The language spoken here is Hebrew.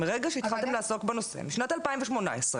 מרגע שהתחלתם לעסוק בנושא משנת 2018,